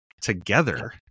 together